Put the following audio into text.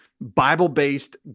Bible-based